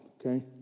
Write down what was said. okay